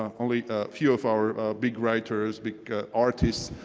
um only a few of our big writers, big artists,